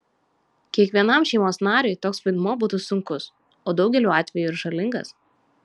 kiekvienam šeimos nariui toks vaidmuo būtų sunkus o daugeliu atvejų ir žalingas